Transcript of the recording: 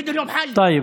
(יישר כוח.